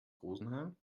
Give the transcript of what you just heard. rosenheim